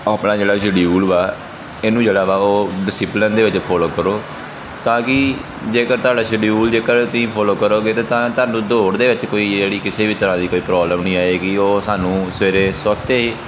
ਉਹ ਆਪਣਾ ਜਿਹੜਾ ਸ਼ਡਿਊਲ ਵਾ ਇਹਨੂੰ ਜਿਹੜਾ ਵਾ ਉਹ ਡਿਸਿਪਲਨ ਦੇ ਵਿੱਚ ਫੋਲੋ ਕਰੋ ਤਾਂ ਕਿ ਜੇਕਰ ਤੁਹਾਡਾ ਸ਼ਡਿਊਲ ਜੇਕਰ ਤੁਸੀਂ ਫੋਲੋ ਕਰੋਗੇ ਤਾਂ ਤਾ ਤੁਹਾਨੂੰ ਦੌੜ ਦੇ ਵਿੱਚ ਕੋਈ ਜਿਹੜੀ ਕਿਸੇ ਵੀ ਤਰ੍ਹਾਂ ਦੀ ਕੋਈ ਪ੍ਰੋਬਲਮ ਨਹੀਂ ਆਵੇਗੀ ਉਹ ਸਾਨੂੰ ਸਵੇਰੇ ਸਵਖਤੇ